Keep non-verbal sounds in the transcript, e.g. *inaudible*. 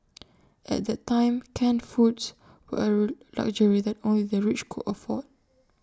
*noise* at that time canned foods were A luxury that only the rich could afford